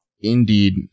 Indeed